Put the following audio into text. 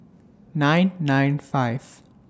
nine nine five